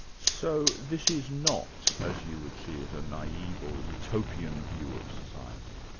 so this is not as you would see it, a naive or utopian view of society?